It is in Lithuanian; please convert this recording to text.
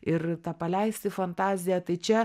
ir tą paleisti fantaziją tai čia